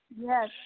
Yes